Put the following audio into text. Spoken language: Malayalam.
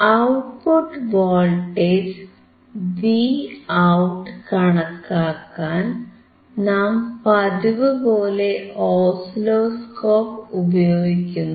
ഔട്ട്പുട്ട് വോൾട്ടേജ് Vout കണക്കാക്കാൻ നാം പതിവുപോലെ ഓസിലോസ്കോപ്പ് ഉപയോഗിക്കുന്നു